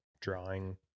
drawing